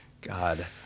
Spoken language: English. god